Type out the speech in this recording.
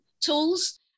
tools